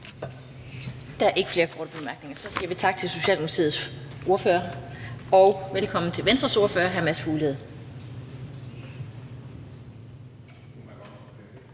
Der er ikke flere korte bemærkninger. Vi siger tak til Socialdemokratiets ordfører og velkommen til Venstres ordfører hr. Mads Fuglede.